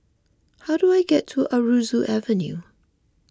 how do I get to Aroozoo Avenue